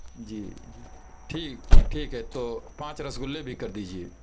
جی جی ٹھیک ٹھیک ہے تو پانچ رسگلے بھی کر دیجئے